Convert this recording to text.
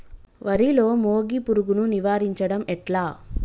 వరిలో మోగి పురుగును నివారించడం ఎట్లా?